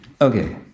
Okay